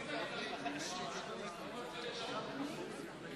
הצעת החוק לתשלום חלקי של דמי